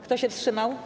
Kto się wstrzymał?